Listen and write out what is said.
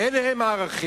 ואלה הם הערכים.